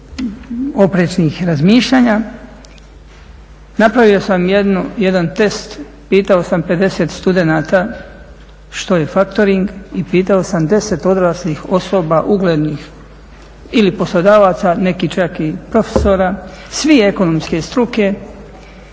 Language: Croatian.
oprečnih razmišljanja, napravio sam jedan test pitao sam 50 studenata što je faktoring i pitao sam 10 odraslih osoba uglednih ili poslodavaca, neki čak i profesora svi ekonomske struke,